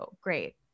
Great